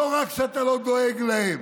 לא רק שאתה לא דואג להם,